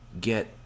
get